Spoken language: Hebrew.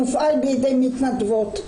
מופעל בידי מתנדבות.